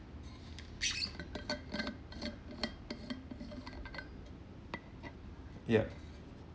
yep